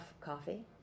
coffee